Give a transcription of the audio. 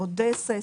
אודסה,